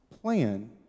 plan